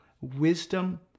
Wisdom